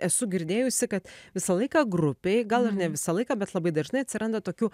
esu girdėjusi kad visą laiką grupėj gal ir ne visą laiką bet labai dažnai atsiranda tokių